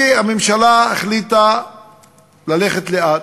כי הממשלה החליטה ללכת לאט.